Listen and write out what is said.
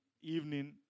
evening